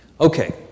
Okay